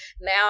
now